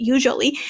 Usually